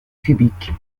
cubiques